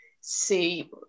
see